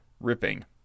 ripping